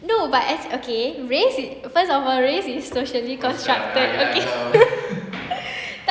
no but as okay race first of all race is socially constructed